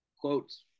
quotes